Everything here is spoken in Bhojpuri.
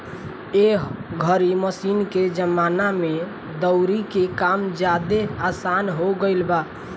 एह घरी मशीन के जमाना में दउरी के काम ज्यादे आसन हो गईल बा